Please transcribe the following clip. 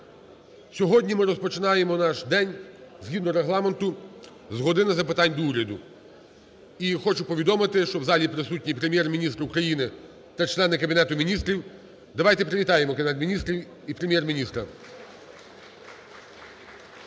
Сьогодні ми розпочинаємо наш день згідно Регламенту з "години запитань до Уряду". І хочу повідомити, що в залі присутній Прем'єр-міністр України та члени Кабінету Міністрів. Давайте привітаємо Кабінет Міністрів і Прем'єр-міністра.